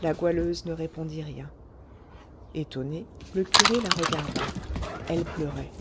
la goualeuse ne répondit rien étonné le curé la regarda elle pleurait